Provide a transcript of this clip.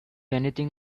anything